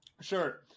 Sure